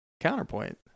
counterpoint